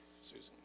Susan